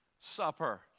supper